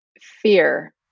fear